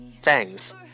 Thanks